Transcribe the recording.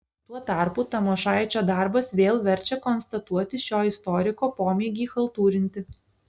tuo tarpu tamošaičio darbas vėl verčia konstatuoti šio istoriko pomėgį chaltūrinti